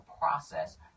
process